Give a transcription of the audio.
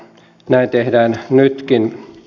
näin tehdään nytkin